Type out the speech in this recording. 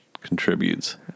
contributes